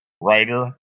writer